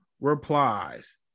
replies